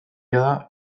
jada